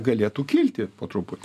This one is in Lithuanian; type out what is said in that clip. galėtų kilti po truputį